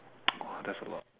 !wah! that's a lot